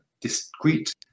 discrete